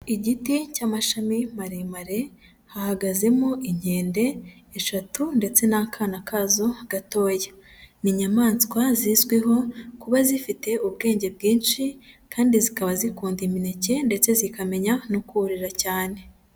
Igiti cy'amashami maremare, hahagazemo inkende eshatu ndetse n'akana kazo gatoya, ni inyamaswa zizwiho kuba zifite ubwenge bwinshi kandi zikaba zikunda imineke ndetse zikamenya no kurira cyane.